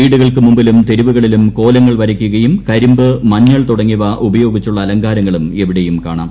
വീടുകൾക്ക് മുമ്പിലും തെരുവുകളിലും കോലങ്ങൾ വരക്കുകൃയും കരിമ്പ് മഞ്ഞൾ തുടങ്ങിയവ ഉപയോഗിച്ചുള്ള അലങ്കാരങ്ങളും എവ്വിടേയും കാണാം